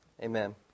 Amen